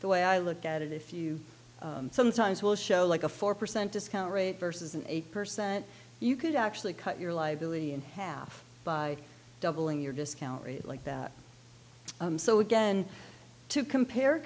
the way i look at it if you sometimes will show like a four percent discount rate versus an eight percent you could actually cut your liability in half by doubling your discount rate like that so again to compare